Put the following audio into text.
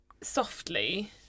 softly